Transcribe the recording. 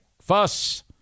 Fuss